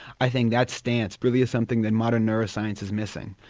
i think that stance really is something that modern neuroscience is missing.